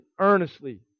earnestly